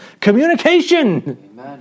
communication